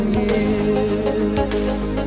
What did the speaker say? years